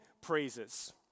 praises